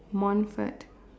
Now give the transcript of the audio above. Montfort